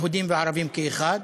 יהודיים וערביים כאחד.